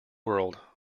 world